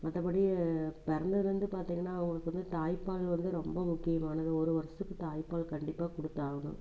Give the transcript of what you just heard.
மற்றபடி பிறந்ததுல இருந்து பார்த்திங்கன்னா அவங்களுக்கு வந்து தாய்ப்பால் வந்து ரொம்ப முக்கியமானது ஒரு வருடத்துக்கு தாய்ப்பால் கண்டிப்பாக கொடுத்தாகணும்